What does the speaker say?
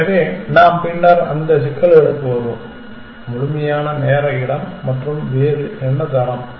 எனவே நாம் பின்னர் அந்த சிக்கல்களுக்கு வருவோம் முழுமையான நேர இடம் மற்றும் வேறு என்ன தரம்